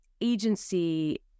agency